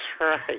right